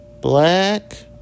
Black